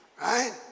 Right